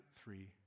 three